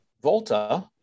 Volta